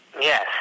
Yes